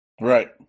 Right